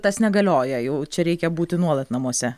tas negalioja jau čia reikia būti nuolat namuose